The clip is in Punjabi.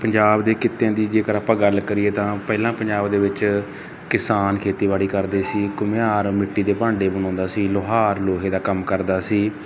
ਪੰਜਾਬ ਦੇ ਕਿੱਤਿਆਂ ਦੀ ਜੇਕਰ ਆਪਾਂ ਗੱਲ ਕਰੀਏ ਤਾਂ ਪਹਿਲਾਂ ਪੰਜਾਬ ਦੇ ਵਿੱਚ ਕਿਸਾਨ ਖੇਤੀਬਾੜੀ ਕਰਦੇ ਸੀ ਘੁਮਿਆਰ ਮਿੱਟੀ ਦੇ ਭਾਂਡੇ ਬਣਾਉਂਦਾ ਸੀ ਲੁਹਾਰ ਲੋਹੇ ਦਾ ਕੰਮ ਕਰਦਾ ਸੀ